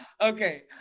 Okay